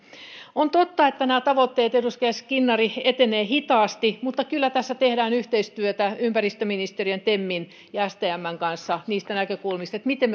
on totta että nämä tavoitteet edustaja skinnari etenevät hitaasti mutta kyllä tässä tehdään yhteistyötä ympäristöministeriön temin ja stmn kanssa niistä näkökulmista miten